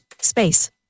Space